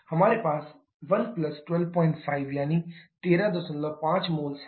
हमारे पास 1125 यानी 135 मोल्स हैं